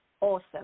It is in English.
awesome